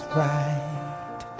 right